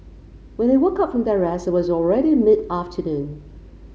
when they woke up from their rest it was already mid afternoon